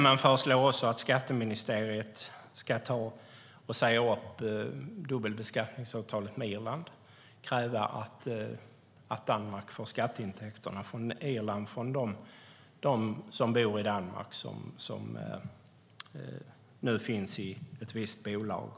Man föreslår också att skatteministeriet ska säga upp dubbelbeskattningsavtalet med Irland och kräva att Danmark får de skatteintäkter från Irland som avser de som bor i Danmark och som jobbar för ett visst bolag.